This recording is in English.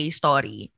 story